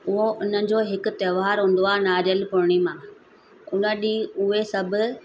उहो हुननि जो हिक तोहारु हूंदो आहे नारेल पूर्णिमा उने ॾींहुं उहे सभु